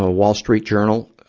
ah wall street journal.